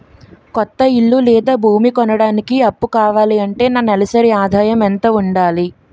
కొత్త ఇల్లు లేదా భూమి కొనడానికి అప్పు కావాలి అంటే నా నెలసరి ఆదాయం ఎంత ఉండాలి?